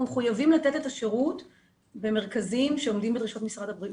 אנחנו מחויבים לתת את השירות במרכזים שעומדים בדרישות משרד הבריאות.